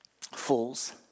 fools